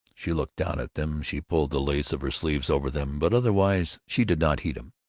she looked down at them, she pulled the lace of her sleeves over them, but otherwise she did not heed him.